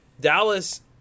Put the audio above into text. dallas